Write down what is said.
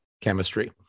chemistry